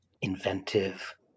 inventive